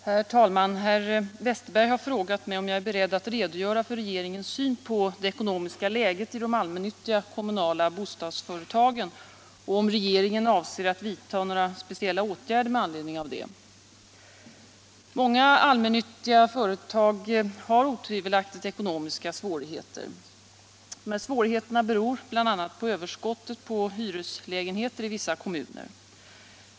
Herr talman! Herr Westerberg har frågat mig om jag är beredd att redogöra för regeringens syn på det ekonomiska läget i de allmännyttiga kommunala bostadsföretagen och om regeringen avser att vidta några speciella åtgärder med anledning av detta. Många allmännyttiga bostadsföretag har otvivelaktigt ekonomiska svårigheter. Dessa svårigheter beror bl.a. på överskottet på hyreslägenheter i vissa kommuner.